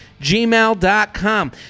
gmail.com